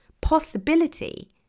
possibility